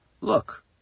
Look